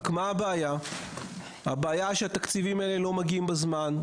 רק הבעיה שהתקציבים האלה לא מגיעים בזמן,